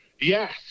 Yes